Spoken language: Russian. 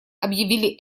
объявили